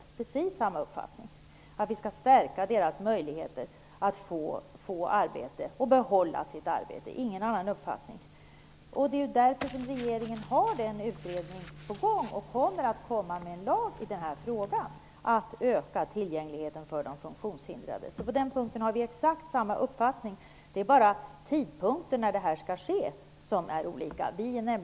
Jag har ingen annan uppfattning än att vi skall stärka deras möjligheter att få arbete och behålla sitt arbete. Det är också därför som regeringen har en utredning på gång och kommer att lägga fram ett lagförslag om att öka arbetsmarknadens tillgänglighet för de funktionshindrade. På den punkten har vi exakt samma uppfattning. Det är bara beträffande tidpunkten när det skall ske som våra uppfattningar skiljer sig.